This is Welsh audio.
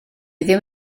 ddim